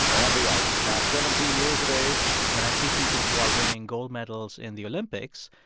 on the ice. now seventeen years of age. when i see people who are winning gold medals in the olympics,